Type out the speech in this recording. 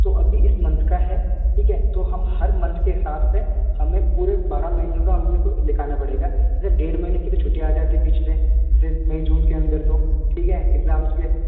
तो अभी इस मंथ का है ठीक है तो हम हर मंथ के हिसाब से हमे पूरे बारह महीने का हम लोगों को लिखाना पड़ेगा जिससे डेढ़ महीने की तो छुट्टियाँ आ जाती है पिछले जैसे मई जून के अंदर तो ठीक है एग्जाम्स के